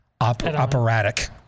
operatic